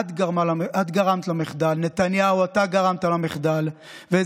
אתה גרמת למחדל, נתניהו.